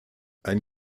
ein